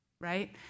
right